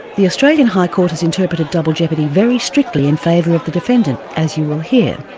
the australian high court has interpreted double jeopardy very strictly in favour of the defendant, as you will hear,